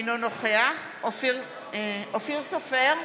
אינו נוכח אופיר סופר,